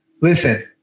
listen